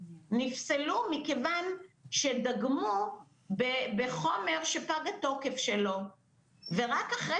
נפסלו מכיוון שדגמו בחומר שפג התוקף שלו ורק אחרי